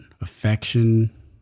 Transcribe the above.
affection